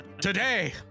Today